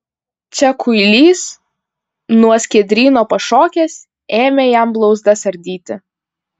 čia kuilys nuo skiedryno pašokęs ėmė jam blauzdas ardyti